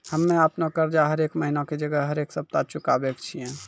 हम्मे अपनो कर्जा हरेक महिना के जगह हरेक सप्ताह चुकाबै छियै